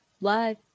live